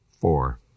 Four